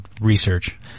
Research